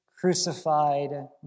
crucified